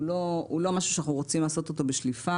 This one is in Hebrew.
הוא לא משהו שאנחנו רוצים לעשות אותו בשליפה